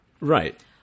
Right